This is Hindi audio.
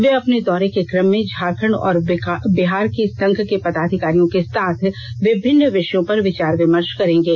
वे अपने दौरे के कम में झारखंड और बिहार के संघ के पदाधिकारियों के साथ विभिन्न विषयों पर विचार विमर्ष करेंगे